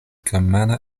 germana